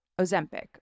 Ozempic